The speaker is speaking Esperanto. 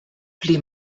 pli